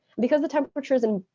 because the temperatures in,